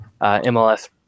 MLS